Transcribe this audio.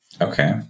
Okay